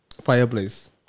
Fireplace